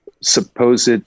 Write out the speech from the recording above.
supposed